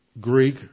Greek